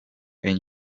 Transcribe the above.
and